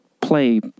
play